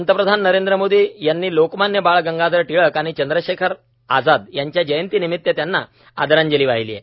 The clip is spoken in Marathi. पंतप्रधान नरेंद्र मोदी यांनी लोकमान्य बाळ गंगाधर टिळक आणि चंद्रशेखर आझाद यांच्या जयंतीनिमित्त त्यांना आदरांजली वाहिली आहे